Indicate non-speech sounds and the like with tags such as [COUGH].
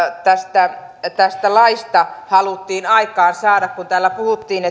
tästä laista haluttiin aikaansaada kun täällä puhuttiin [UNINTELLIGIBLE]